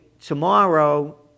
tomorrow